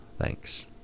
thanks